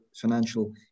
financial